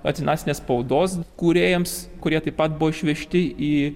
nacionalinės spaudos kūrėjams kurie taip pat buvo išvežti į